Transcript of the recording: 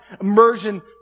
immersion